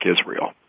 Israel